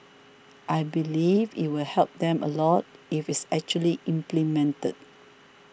I believe it'll help them a lot if it's actually implemented